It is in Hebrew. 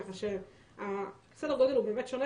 כך שהסדר גודל הוא באמת שונה.